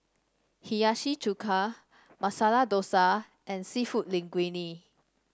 Hiyashi Chuka Masala Dosa and seafood Linguine